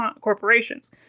corporations